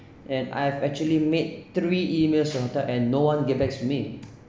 and I've actually made three emails to your hotel and no one get backs me